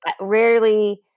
rarely